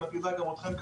ומטרידה גם אתכם,